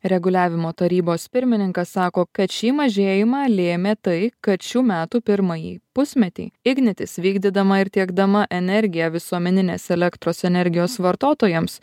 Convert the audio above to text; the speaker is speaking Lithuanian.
reguliavimo tarybos pirmininkas sako kad šį mažėjimą lėmė tai kad šių metų pirmąjį pusmetį ignitis vykdydama ir tiekdama energiją visuomeninės elektros energijos vartotojams